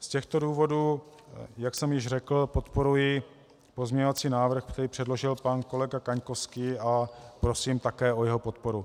Z těchto důvodů, jak jsem již řekl, podporuji pozměňovací návrh, který předložil pan kolega Kaňkovský, a prosím také o jeho podporu.